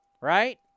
Right